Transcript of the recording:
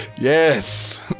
Yes